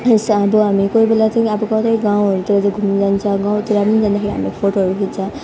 अब हामी कोही बेला चाहिँ अब कतै गाउँहरूतिर चाहिँ घुम्न जान्छ गाउँतिर पनि जाँदाखेरि हामीले फोटोहरू खिच्छ